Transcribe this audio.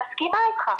אני מסכימה איתך.